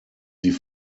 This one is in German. sie